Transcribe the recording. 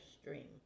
stream